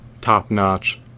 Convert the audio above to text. top-notch